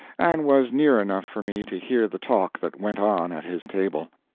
and was near enough for me to hear the talk that went on at his table.